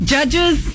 Judges